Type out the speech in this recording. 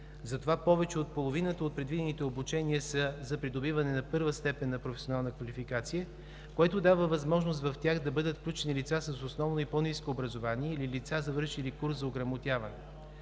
Затова повече от половината от предвидените обучения са за придобиване на първа степен на професионална квалификация, което дава възможност в тях да бъдат включени лица с основно и по-ниско образование или лица, завършили курс за ограмотяване.